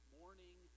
morning